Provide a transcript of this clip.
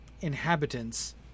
inhabitants